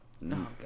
No